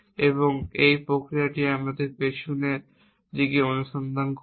এবং এই প্রক্রিয়াটিই আমি পিছনের দিকে অনুসন্ধান করব